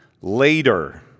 later